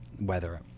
weather